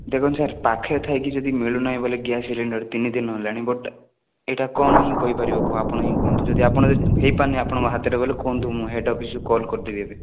ଦେଖନ୍ତୁ ସାର୍ ପାଖରେ ଥାଇକି ଯଦି ମିଳୁ ନାହିଁ ବୋଲେ ଗ୍ୟାସ୍ ସିଲିଣ୍ଡର୍ ତିନିଦିନ ହେଲାଣି ବଟ୍ ଏଇଟା କ'ଣ ହିଁ କହିପାରିବ କୁହ ଆପଣ ହିଁ କୁହନ୍ତୁ ଯଦି ଆପଣ ଯଦି ଆପଣ ହେଇପାରୁନି ଆପଣଙ୍କ ହାତରେ ବୋଲେ କୁହନ୍ତୁ ମୁଁ ହେଡ଼୍ ଅଫିସ୍କୁ କଲ୍ କରିଦେବି ଏବେ